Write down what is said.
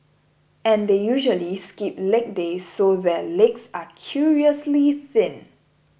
and they usually skip leg days so their legs are curiously thin